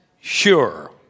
sure